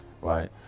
right